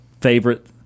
Favorite